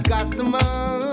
Gossamer